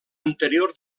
anterior